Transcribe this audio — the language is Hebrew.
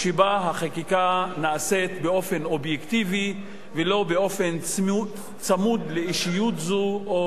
שבה החקיקה נעשית באופן אובייקטיבי ולא באופן צמוד לאישיות זו או,